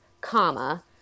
comma